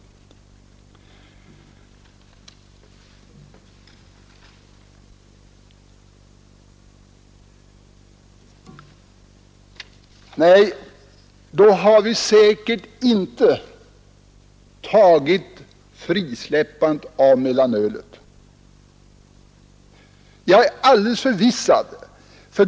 Jag är alldeles förvissad om att vi, om vi känt till hur utvecklingen skulle gestalta sig, inte skulle ha fattat det beslutet.